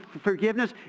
forgiveness